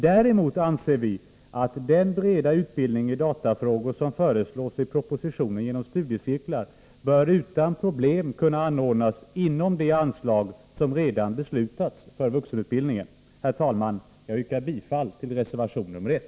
Däremot anser vi att den breda utbildning i datafrågor genom studiecirklar som föreslås i propositionen utan problem bör kunna anordnas inom de anslag som redan beslutats för vuxenutbildningen. Herr talman! Jag yrkar bifall till reservation nr 1.